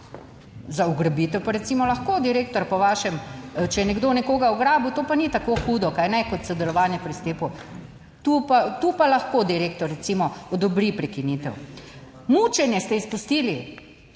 Za ugrabitev pa recimo lahko direktor, po vašem, če je nekdo nekoga ugrabil, to pa ni tako hudo, kajne, kot sodelovanje pri / nerazumljivo/? Tu pa lahko direktor recimo odobri prekinitev. Mučenje ste izpustili.